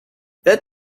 that